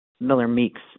Miller-Meeks